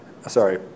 Sorry